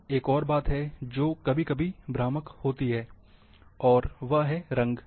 अब एक और बात है जो कभी कभी भ्रामक होती है वह है रंग